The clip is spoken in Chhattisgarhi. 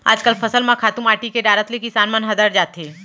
आजकल फसल म खातू माटी के डारत ले किसान मन हदर जाथें